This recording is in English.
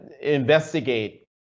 investigate